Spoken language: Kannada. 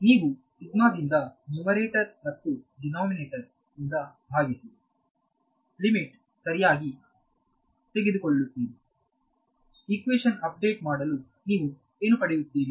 ನೀವು ಸಿಗ್ಮಾದಿಂದ ನ್ಯುಮರೇಟರ್ ಮತ್ತು ಡಿನೋಮಿನೇಟರ್ ಇಂದ ಭಾಗಿಸಿ ಲಿಮಿಟ್ ಸರಿಯಾಗಿ ತೆಗೆದುಕೊಳ್ಳುತ್ತೀರಿಇಕ್ವೇಶನ್ ಅಪ್ಡೇಟ್ ಮಾಡಲು ನೀವು ಏನು ಪಡೆಯುತ್ತೀರಿ